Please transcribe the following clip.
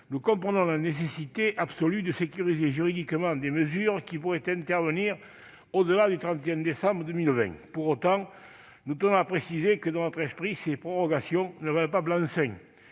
Nous comprenons la nécessité absolue de sécuriser juridiquement des mesures qui pourraient intervenir au-delà du 31 décembre 2020. Pour autant, nous tenons à préciser que, dans notre esprit, cette prorogation ne vaut pas blanc-seing.